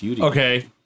okay